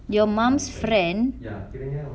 your mum's friend